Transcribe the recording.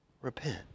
Repent